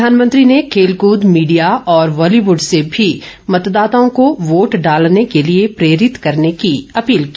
प्रधानमंत्री ने खेलकृद मीडिया और बॉलीवुड से भी मतदाताओं को वोट डालने के लिए प्रेरित करने की अपील की